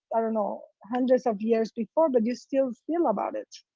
i don't know, hundreds of years before but you still feel about it.